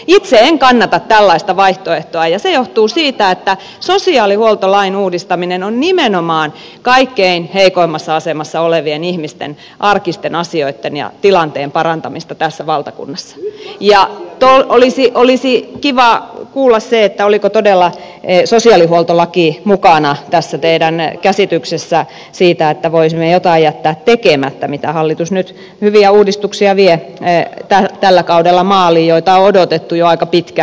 itse en kannata tällaista vaihtoehtoa ja se johtuu siitä että sosiaalihuoltolain uudistaminen on nimenomaan kaikkein heikoimmassa asemassa olevien ihmisten arkisten asioitten ja tilanteen parantamista tässä valtakunnassa ja olisi kiva kuulla oliko todella sosiaalihuoltolaki mukana tässä teidän käsityksessänne siitä että voisimme jättää tekemättä joitain hyviä uudistuksia joita hallitus vie nyt tällä kaudella maaliin ja joita on odotettu jo aika pitkä aika